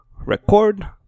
record